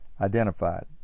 identified